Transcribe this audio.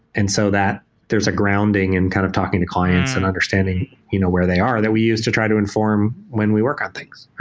and so that there's a grounding in kind of talking to clients and understanding you know where they are that we use to try to inform when we work out things.